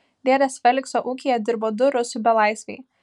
dėdės felikso ūkyje dirbo du rusų belaisviai